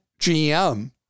GM